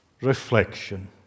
reflection